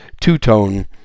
two-tone